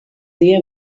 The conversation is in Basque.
die